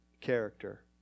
character